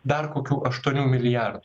dar kokių aštuonių milijardų